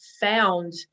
found